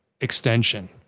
extension